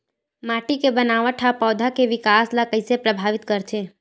माटी के बनावट हा पौधा के विकास ला कइसे प्रभावित करथे?